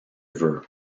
river